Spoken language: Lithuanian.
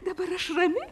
dabar aš rami